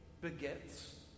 begets